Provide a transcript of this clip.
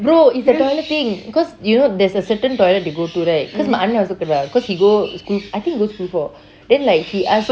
no it's the toilet thing cause you know there's a certain toilet to go to right cause my அன்னே:anne also kena cause he go school I think he go school four then like he ask the